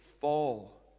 fall